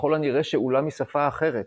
ככל הנראה שאולה משפה אחרת,